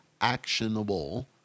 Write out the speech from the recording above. actionable